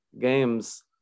games